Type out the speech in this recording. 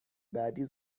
بعدی